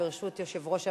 ברשות יושב-ראש הוועדה,